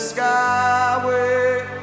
skyway